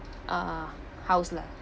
uh house lah